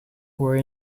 were